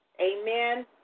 Amen